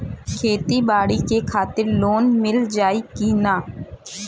खेती बाडी के खातिर लोन मिल जाई किना?